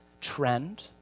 trend